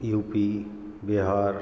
you P Bihar